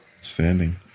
Standing